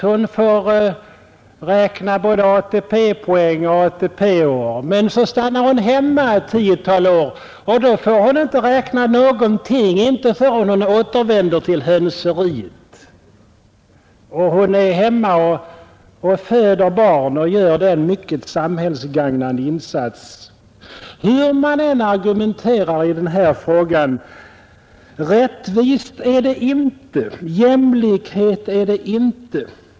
Hon får räkna både ATP-poäng och ATP-år. Men så stannar hon hemma ett tiotal år, föder barn och gör den mycket samhällsgagnande insatsen att vårda dem. Då får hon inte tillgodoräkna sig någonting — inte förrän hon återvänder till hönseriet. Hur man än argumenterar i denna fråga, rättvisa är det inte, jämlikhet är det inte.